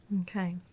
Okay